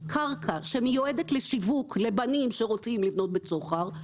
קרקע שמיועדת לשיווק לבנים שרוצים לבנות בצוחר.